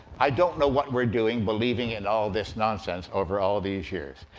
i don't know what we're doing, believing in all this nonsense over all these years.